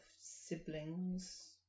siblings